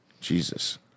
jesus